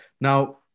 now